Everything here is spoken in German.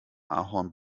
ahorn